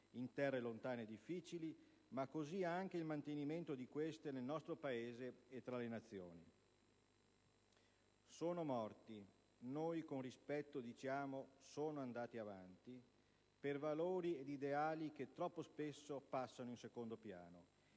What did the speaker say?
in terre lontane e difficili, ma così anche il mantenimento di pace e sicurezza nel nostro Paese e tra le Nazioni. Sono morti; noi con rispetto diciamo che sono andati avanti per valori ed ideali che troppo spesso passano in secondo piano